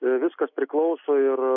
viskas priklauso ir